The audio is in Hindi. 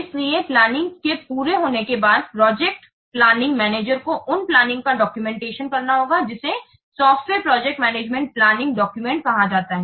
इसलिए प्लानिंग के पूरा होने के बाद प्रोजेक्ट प्लानिंग मैनेजर को उन प्लानिंग का डॉक्यूमेंटेशन करना होगाजिसे software project manager planning documentation कहा जाता है